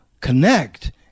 connect